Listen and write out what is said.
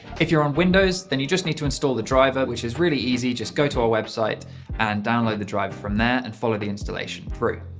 if you're on windows, then you just need to install the driver, which is really easy. just go to our website and download the driver from there and follow the installation through.